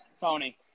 Tony